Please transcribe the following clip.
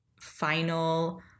final